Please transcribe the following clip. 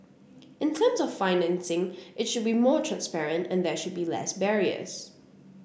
in terms of the financing it should be more transparent and there should be less barriers